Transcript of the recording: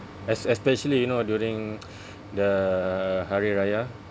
es~ especially you know during the hari raya